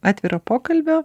atviro pokalbio